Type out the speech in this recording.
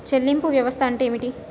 చెల్లింపు వ్యవస్థ అంటే ఏమిటి?